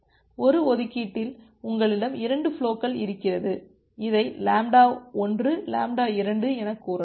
ஒரு ஒதுக்கீட்டில் உங்களிடம் 2 ஃபுலோகள் இருக்கிறது இதை λ1 λ2 என கூறலாம்